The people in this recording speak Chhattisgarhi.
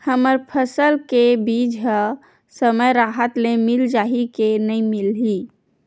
हमर फसल के बीज ह समय राहत ले मिल जाही के नी मिलही?